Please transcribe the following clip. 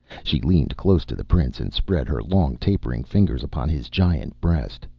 she leaned close to the prince and spread her long tapering fingers upon his giant breast.